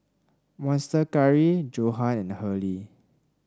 Monster Curry Johan and Hurley